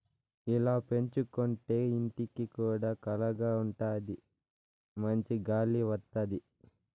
ఇలా పెంచుకోంటే ఇంటికి కూడా కళగా ఉంటాది మంచి గాలి వత్తది